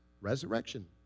Resurrection